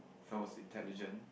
someone's intelligent